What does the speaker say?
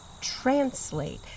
translate